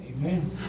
Amen